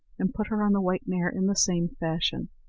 and put her on the white mare in the same fashion.